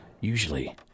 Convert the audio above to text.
Usually